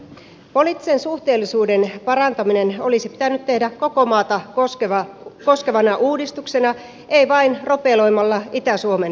poliittisen suhteellisuuden parantaminen olisi pitänyt tehdä koko maata koskevana uudistuksena ei vain ropeloimalla itä suomen vaalipiirejä